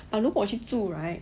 but 如果我去住 right